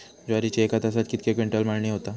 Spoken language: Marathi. ज्वारीची एका तासात कितके क्विंटल मळणी होता?